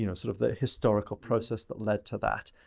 you know sort of the historical process that led to that.